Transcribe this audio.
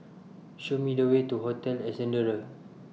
Show Me The Way to Hotel Ascendere